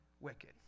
wicked